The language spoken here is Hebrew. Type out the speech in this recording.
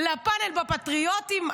לפאנל בפטריוטים.